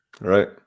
right